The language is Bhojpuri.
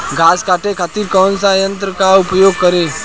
घास काटे खातिर कौन सा यंत्र का उपयोग करें?